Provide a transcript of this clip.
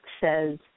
says